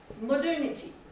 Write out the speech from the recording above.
modernity